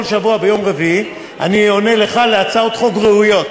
כל שבוע ביום רביעי אני עונה לך על הצעות חוק ראויות,